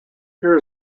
here